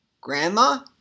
Grandma